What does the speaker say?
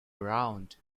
round